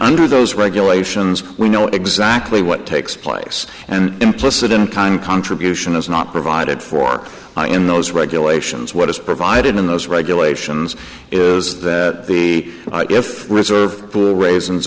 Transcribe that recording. under those regulations we know exactly what takes place and implicit in kind contribution is not provided for in those regulations what is provided in those regulations is that the if reserve the raisins